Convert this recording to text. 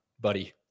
buddy